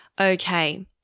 Okay